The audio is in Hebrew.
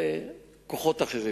זה כוחות אחרים,